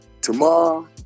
tomorrow